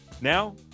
Now